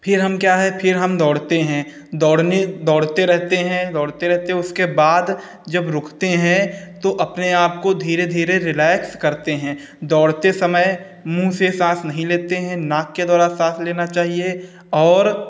फिर हम क्या है फिर हम दौड़ते हैं दौड़ने दौड़ते रहते हैं दौड़ते रहते हैं उसके बाद जब रुकते हैं तो अपने आपको धीरे धीरे रिलैक्स करते हैं दौड़ते समय मुँह से साँस नहीं लेते हैं नाक के द्वारा साँस लेना चाहिए और